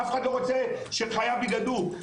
אף אחד לא רוצה שחייו ייגדעו.